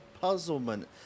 puzzlement